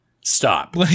stop